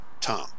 Tom